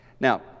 Now